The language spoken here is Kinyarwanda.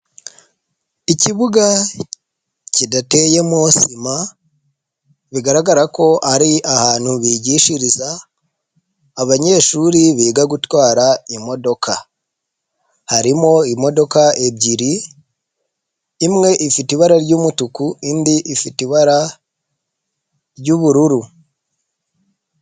Ikibuga kidateye mo sima, bigaragara ko ari ahantu bigishiriza abanyeshuri biga gutwara imodoka. Harimo imodoka ebyiri, imwe ifite ibara ry'umutuku, indi ifite ibara ry'ubururu.